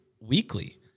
weekly